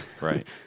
right